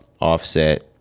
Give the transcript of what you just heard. Offset